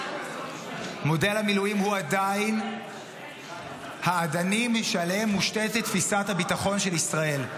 מודל המילואים הוא עדיין האדנים שעליהם מושתתת תפיסת הביטחון של ישראל.